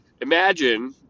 Imagine